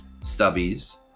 stubbies